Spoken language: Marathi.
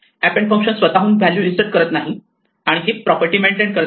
एपेंड फंक्शन स्वतःहून व्हॅल्यू इन्सर्ट करत नाही आणि हिप प्रॉपर्टी मेंटेन करत नाही